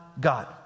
God